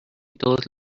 todas